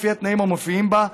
לפי התנאים המופיעים בה,